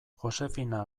josefina